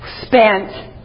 spent